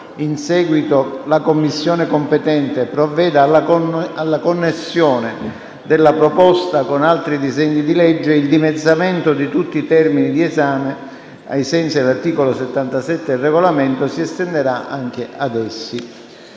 in seguito la Commissione competente provveda alla connessione della proposta con altri disegni di legge, il dimezzamento di tutti i termini di esame, ai sensi dell'articolo 77 del Regolamento, si estenderà anche ad essi.